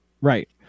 Right